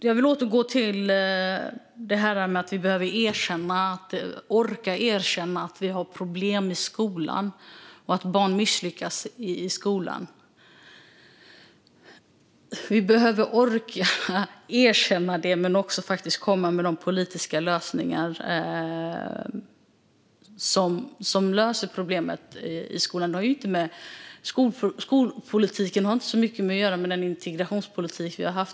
Jag vill återgå till detta med att vi måste orka erkänna att vi har problem i skolan och att barn misslyckas i skolan. Vi behöver orka erkänna det och också komma med de politiska lösningar som kan råda bot på problemet i skolan. Skolans problem har inte så mycket att göra med den integrationspolitik vi har haft.